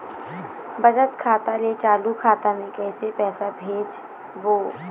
बचत खाता ले चालू खाता मे कैसे पैसा ला भेजबो?